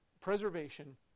preservation